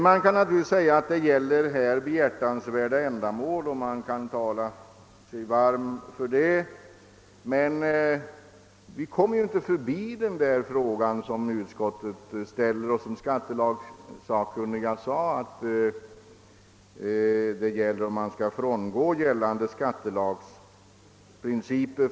Man kan naturligtvis hävda att det gäller: behjärtansvärda ändamål, och man kan tala sig varm för dessa, men vi kan inte komma förbi att frågan, vilket framhållits av utskottet och av skattelagssakkunniga, gäller om man skall frångå gällande skattelagprinciper.